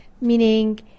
Meaning